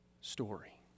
story